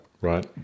Right